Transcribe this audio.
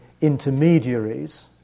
intermediaries